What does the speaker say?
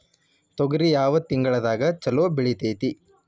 ತೊಗರಿ ಯಾವ ತಿಂಗಳದಾಗ ಛಲೋ ಬೆಳಿತೈತಿ?